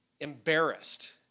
embarrassed